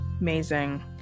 Amazing